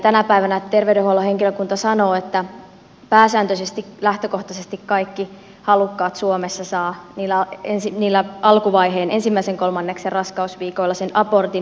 tänä päivänä terveydenhuollon henkilökunta sanoo että pääsääntöisesti lähtökohtaisesti kaikki halukkaat suomessa saavat sosiaaliset syyt kriteerillä alkuvaiheen ensimmäisen kolmanneksen raskausviikoilla abortin